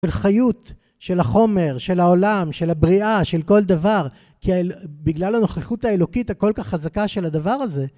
של חיות, של החומר, של העולם, של הבריאה, של כל דבר כי בגלל הנוכחות האלוקית הכל כך חזקה של הדבר הזה